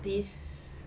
this